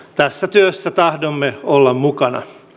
tässä työssä tahdomme olla mukana